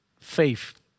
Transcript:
faith